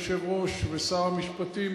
היושב-ראש ושר המשפטים,